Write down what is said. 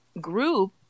group